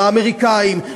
האמריקנים,